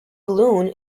loon